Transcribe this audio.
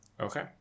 okay